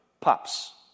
pups